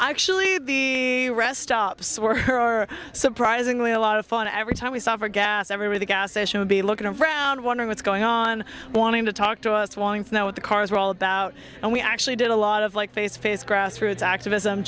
actually the we rest stops were her or surprisingly a lot of fun every time we saw for gas every gas station would be looking around wondering what's going on wanting to talk to us wanting to know what the cars were all about and we actually did a lot of like face to face grassroots activism